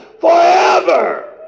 forever